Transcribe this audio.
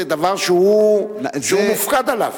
זה דבר שהוא מופקד עליו.